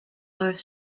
are